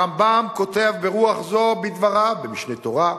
הרמב"ם כותב ברוח זו בדבריו ב"משנה תורה":